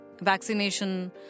vaccination